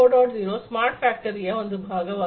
0 smart ಫ್ಯಾಕ್ಟರಿಯ ಒಂದು ಭಾಗವಾಗಿದೆ